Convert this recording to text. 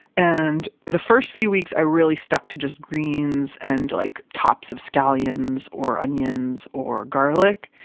and the first few weeks, i really stuck to just greens and like tops of scallions or onions or garlic.